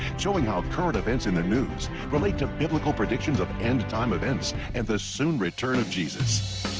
showing how current events in the news relate to biblical predictions of end time events and the soon return of jesus.